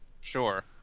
Sure